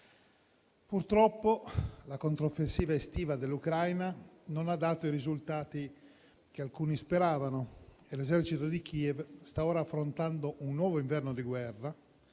Purtroppo, la controffensiva estiva dell'Ucraina non ha dato i risultati che alcuni speravano e l'esercito di Kiev sta ora affrontando un nuovo inverno di guerra,